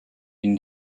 une